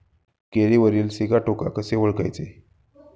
केळीवरील सिगाटोका कसे ओळखायचे?